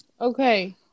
Okay